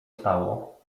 stało